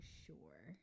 sure